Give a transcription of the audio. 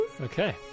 Okay